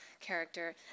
character